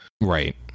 right